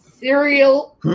cereal